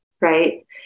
right